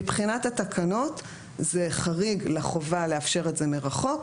מבחינת התקנות זה חריג לחובה לאפשר את זה מרחוק,